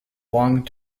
long